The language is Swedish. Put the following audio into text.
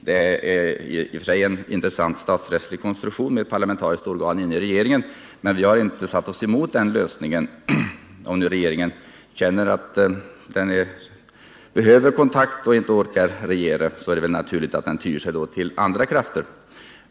Det är i och för sig en intressant statsrättslig konstruktion att ha ett parlamentariskt organ inne i regeringen, och vi har inte satt oss emot denna lösning — om regeringen känner att den behöver kontakt och inte orkar regera, så är det väl bara naturligt att den tyr sig till andra krafter.